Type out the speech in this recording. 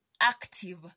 active